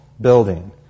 building